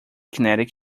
kinetic